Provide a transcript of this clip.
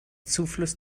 zufluss